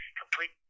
complete